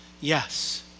yes